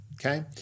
okay